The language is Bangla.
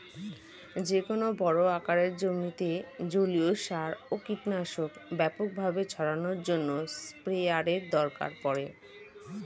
যেকোনো বড় আকারের জমিতে জলীয় সার ও কীটনাশক ব্যাপকভাবে ছড়ানোর জন্য স্প্রেয়ারের দরকার পড়ে